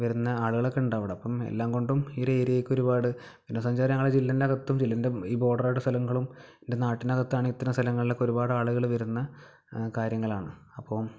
വരുന്ന ആളുകളൊക്കെ ഉണ്ടവിടെ അപ്പം എല്ലാം കൊണ്ടും ഈയൊരു ഏരിയയ്ക്ക് ഒരുപാട് വിനോദസഞ്ചാരം ഞങ്ങളുടെ ജില്ലയ്ക്ക് അകത്തും ജില്ലേൻ്റെ ഈ ബോർഡറിൻറെ സ്ഥലങ്ങളും എൻ്റെ നാട്ടിന് അകത്താണെങ്കിൽ ഇത്തരം സ്ഥലങ്ങളിലൊക്കെ ഒരുപാട് ആളുകൾ വരുന്ന അ കാര്യങ്ങളാണ് അപ്പം